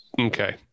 okay